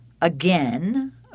again